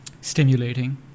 stimulating